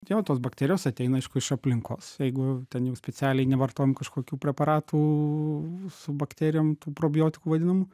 jo tos bakterijos ateina aišku iš aplinkos jeigu ten jau specialiai nevartojam kažkokių preparatų su bakterijom tų probiotikų vadinamų